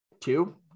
Two